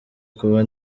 kuba